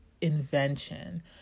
invention